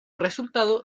resultado